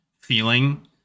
feeling